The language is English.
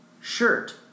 Shirt